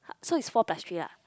so it's four plus three lah